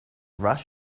rush